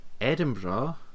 Edinburgh